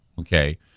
okay